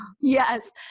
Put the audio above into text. Yes